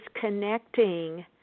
connecting